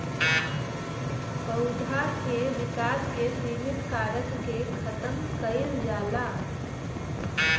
पौधा के विकास के सिमित कारक के खतम कईल जाला